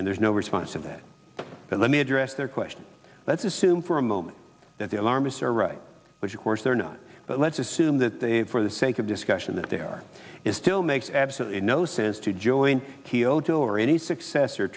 and there's no response to that but let me address their question let's assume for a moment that the alarmists are right which of course they're not but let's assume that they have for the sake of discussion that there is still makes absolutely no sense to join kioto or any successor